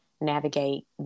navigate